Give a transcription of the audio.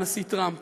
עם הנשיא טראמפ.